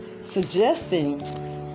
suggesting